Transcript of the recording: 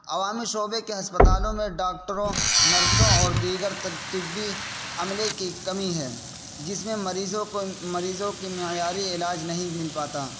عوامی شعبے کے ہسپتالوں میں ڈاکٹروں نرسوں اور دیگر طبی عملے کی کمی ہے جس میں مریضوں کو مریضوں کی معیاری علاج نہیں مل پاتا